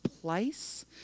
place